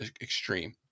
extreme